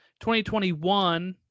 2021